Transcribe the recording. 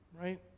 right